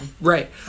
Right